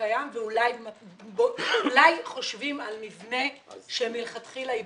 שקיים ואולי חושבים על מבנה שמלכתחילה ייבנה.